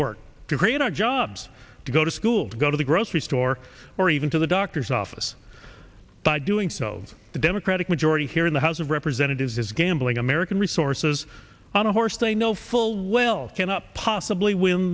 our jobs to go to school to go to the grocery store or even to the doctor's office by doing so the democratic majority here in the house of representatives is gambling american resources on a horse they know full well they cannot possibly win